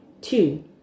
two